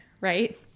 right